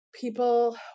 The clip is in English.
people